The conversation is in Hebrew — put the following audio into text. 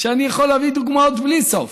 שאני יכול להביא לה דוגמאות בלי סוף.